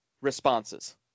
responses